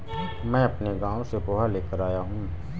मैं अपने गांव से पोहा लेकर आया हूं